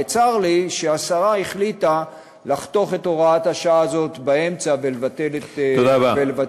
וצר לי שהשרה החליטה לחתוך את הוראת השעה הזאת באמצע ולבטל אותה.